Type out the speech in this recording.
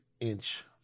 inch